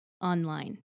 online